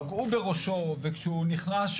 פגעו בראשו וכשהוא נכנס,